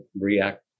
react